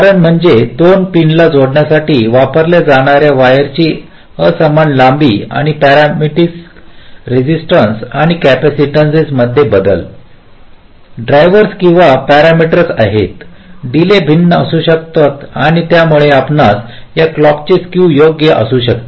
कारण म्हणजे दोन पिनला जोडण्यासाठी वापरल्या जाणार्या वायरची असमान लांबी आणि पॅरासिटिकस रेसिस्टन्स आणि कॅपॅसिटन्सस मध्ये बदल ड्रायव्हर्स विविध पॅरामीटर्स आहेत डीले भिन्न असू शकतात आणि यामुळे आपणास या क्लॉकचे स्केव योग्य असू शकते